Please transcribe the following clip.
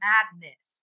Madness